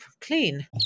clean